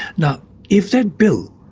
now if that bill,